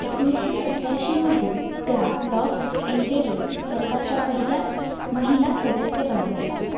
एकोणीसशे सत्याऐंशीमध्ये त्या लॉस एंजलिस सरकारच्या पहिल्या महिला सदस्य बनल्या